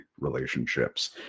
relationships